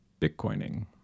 Bitcoining